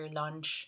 lunch